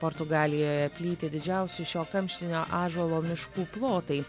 portugalijoje plyti didžiausi šio kamštinio ąžuolo miškų plotai